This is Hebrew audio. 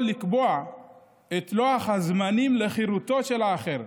לקבוע את לוח הזמנים לחירותו של האחר,